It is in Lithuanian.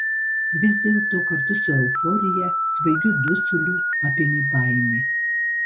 vis dėlto kartu su euforija svaigiu dusuliu apėmė baimė